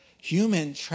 Human